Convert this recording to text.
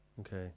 Okay